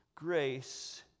grace